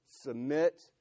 submit